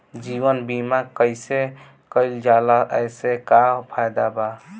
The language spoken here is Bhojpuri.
जीवन बीमा कैसे कईल जाला एसे का फायदा बा?